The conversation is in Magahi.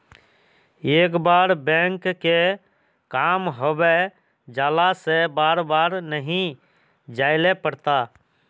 एक बार बैंक के काम होबे जाला से बार बार नहीं जाइले पड़ता?